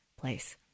place